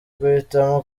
guhitamo